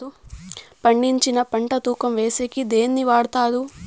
పండించిన పంట తూకం వేసేకి దేన్ని వాడతారు?